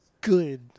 good